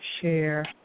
share